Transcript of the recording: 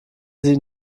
sie